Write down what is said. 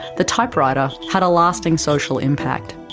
the typewriter had a lasting social impact.